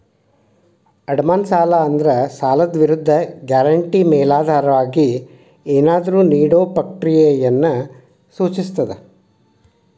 ಅಡಮಾನ ಸಾಲ ಅಂದ್ರ ಸಾಲದ್ ವಿರುದ್ಧ ಗ್ಯಾರಂಟಿ ಮೇಲಾಧಾರವಾಗಿ ಏನಾದ್ರೂ ನೇಡೊ ಪ್ರಕ್ರಿಯೆಯನ್ನ ಸೂಚಿಸ್ತದ